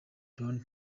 brown